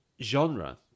genre